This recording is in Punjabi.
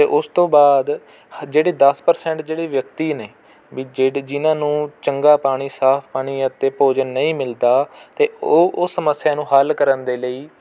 ਅਤੇ ਉਸ ਤੋਂ ਬਾਅਦ ਜਿਹੜੇ ਦਸ ਪਰਸੈਂਟ ਜਿਹੜੇ ਵਿਅਕਤੀ ਨੇ ਵੀ ਜੇਹੜ ਜਿਨ੍ਹਾਂ ਨੂੰ ਚੰਗਾ ਪਾਣੀ ਸਾਫ਼ ਪਾਣੀ ਅਤੇ ਭੋਜਨ ਨਹੀਂ ਮਿਲਦਾ ਅਤੇ ਉਹ ਉਹ ਸਮੱਸਿਆ ਨੂੰ ਹੱਲ ਕਰਨ ਦੇ ਲਈ